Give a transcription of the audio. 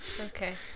Okay